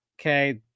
Okay